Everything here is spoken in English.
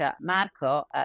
Marco